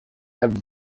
have